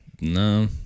No